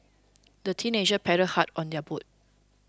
the teenagers paddled hard on their boat